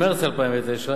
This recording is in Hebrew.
במרס 2009,